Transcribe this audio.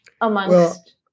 amongst